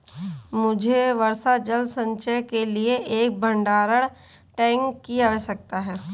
मुझे वर्षा जल संचयन के लिए एक भंडारण टैंक की आवश्यकता है